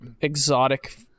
Exotic